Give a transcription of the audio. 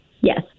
yes